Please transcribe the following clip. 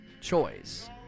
choice